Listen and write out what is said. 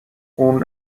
اون